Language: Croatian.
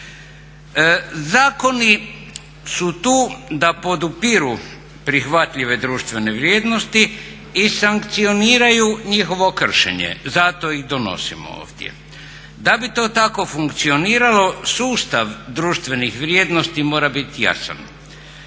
Zakoni su tu da podupiru prihvatljive društvene vrijednosti i sankcioniraju njihovo kršenje, zato ih donosimo ovdje. Da bi to tako funkcioniralo sustav društvenih vrijednosti mora biti jasan.